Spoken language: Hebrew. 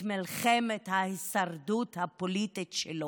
דווקא מנהל את מלחמת ההישרדות הפוליטית שלו.